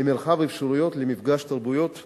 למרחב אפשרויות, למפגש תרבויות ועוד.